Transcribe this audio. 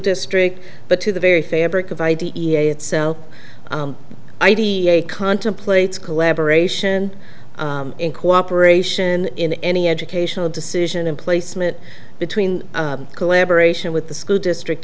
district but to the very fabric of i d e a itself ideate contemplates collaboration and cooperation in any educational decision and placement between collaboration with the school district